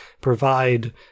provide –